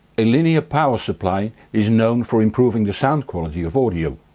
a linear power supply is known for improving the sound quality of audio.